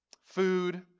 food